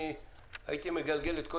עכשיו, אני אומר ככה